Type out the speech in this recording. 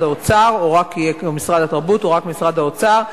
האוצר או רק משרד התרבות או רק משרד האוצר,